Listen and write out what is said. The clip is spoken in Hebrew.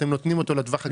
אתם נותנים אותו לטווח הקצר.